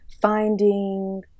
finding